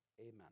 amen